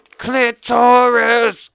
Clitoris